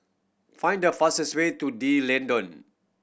find the fastest way to D'Leedon